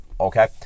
okay